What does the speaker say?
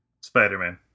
Spider-Man